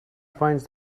finds